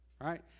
right